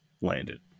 landed